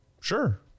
Sure